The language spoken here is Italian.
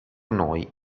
noi